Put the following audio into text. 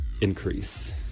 increase